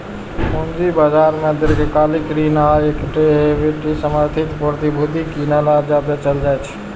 पूंजी बाजार मे दीर्घकालिक ऋण आ इक्विटी समर्थित प्रतिभूति कीनल आ बेचल जाइ छै